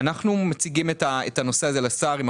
אנחנו מציגים את הנושא הזה לשר.